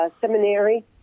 seminary